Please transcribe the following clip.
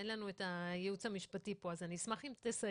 אין לנו את הייעוץ המשפטי פה אז אני אשמח אם תסייע.